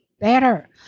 better